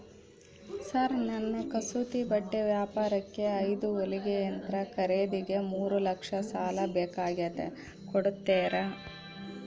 Sir ನನ್ನ ಕಸೂತಿ ಬಟ್ಟೆ ವ್ಯಾಪಾರಕ್ಕೆ ಐದು ಹೊಲಿಗೆ ಯಂತ್ರ ಖರೇದಿಗೆ ಮೂರು ಲಕ್ಷ ಸಾಲ ಬೇಕಾಗ್ಯದ ಕೊಡುತ್ತೇರಾ?